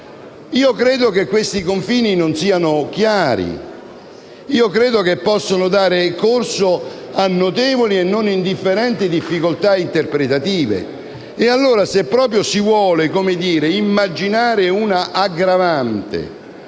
Credo che questi confini non siano chiari e che ciò possa dare corso a notevoli e non indifferenti difficoltà interpretative. E allora, se proprio si vuole immaginare una aggravante